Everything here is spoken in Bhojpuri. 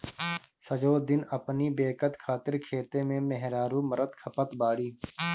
सजो दिन अपनी बेकत खातिर खेते में मेहरारू मरत खपत बाड़ी